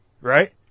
Right